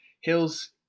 Hills